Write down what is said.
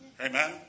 Amen